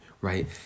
right